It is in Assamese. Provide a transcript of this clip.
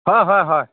অঁ হয় হয়